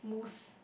mousse